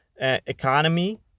economy